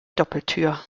doppeltür